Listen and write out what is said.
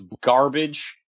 garbage